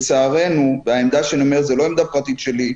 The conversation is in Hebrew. לצערנו והעמדה שאני אומר היא לא עמדה פרטית שלי,